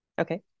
Okay